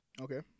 Okay